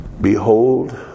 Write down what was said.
behold